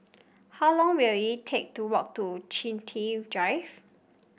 how long will it take to walk to Chiltern Drive